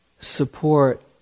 support